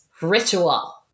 ritual